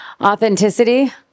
Authenticity